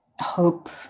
hope